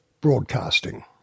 broadcasting